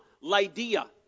Lydia